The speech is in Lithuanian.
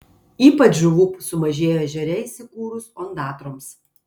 ypač žuvų sumažėjo ežere įsikūrus ondatroms